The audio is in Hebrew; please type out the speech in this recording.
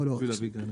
לא?